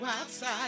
outside